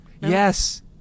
Yes